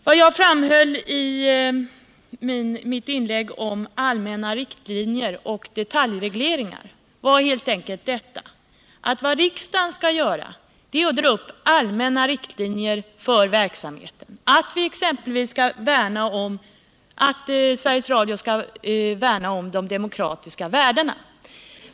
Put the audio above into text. Vad jag framhöll om allmänna riktlinjer och detaljregleringar var helt enkelt detta: Vad riksdagen skall göra är att dra upp allmänna riktlinjer för verksamheten, exempelvis att Sveriges Radio skall värna om de demokratiska värdena.